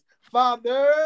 Father